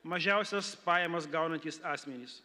mažiausias pajamas gaunantys asmenys